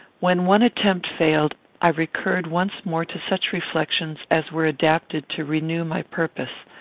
when one attempt failed, i recurred once more to such reflections as were adapted to renew my purpose.